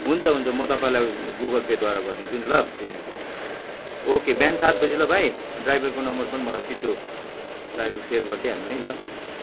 हुन्छ हुन्छ म तपाईँलाई गुगल पेद्वारा गरिदिन्छु नि ल पेमेन्ट ओके बिहान सात बजी ल भाइ ड्राइभरको नम्बर पनि मलाई छिट्टो सारू सेर गरिदिइहाल्नु है ल